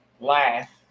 laugh